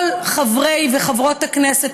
כל חברי וחברות הכנסת,